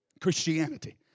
Christianity